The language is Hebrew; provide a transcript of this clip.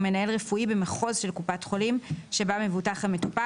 מנהל רפואי במחוז של קופת החולים שבה מבוטח המטופל,